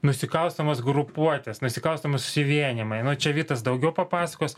nusikalstamos grupuotės nusikalstami susivienijimai nu čia vytas daugiau papasakos